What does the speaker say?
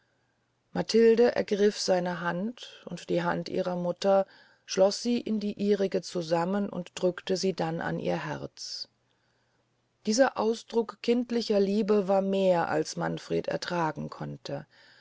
matilde ergrif seine hand und die hand ihrer mutter schloß sie in die ihrige zusammen und drückte sie dann an ihr herz dieser ausdruck kindlicher liebe war mehr als manfred ertragen konnte